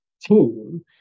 team